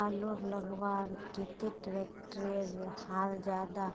आलूर लगवार केते ट्रैक्टरेर हाल ज्यादा